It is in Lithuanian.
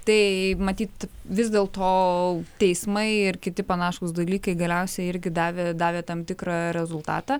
tai matyt vis dėl to teismai ir kiti panašūs dalykai galiausiai irgi davė davė tam tikrą rezultatą